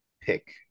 pick